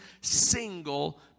single